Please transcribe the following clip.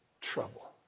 trouble